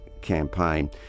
campaign